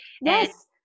Yes